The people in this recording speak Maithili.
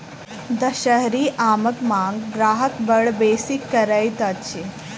दसहरी आमक मांग ग्राहक बड़ बेसी करैत अछि